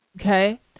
Okay